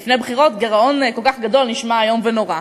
לפני בחירות גירעון כל כך גדול נשמע איום ונורא.